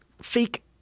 fake